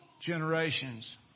generations